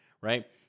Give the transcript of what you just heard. right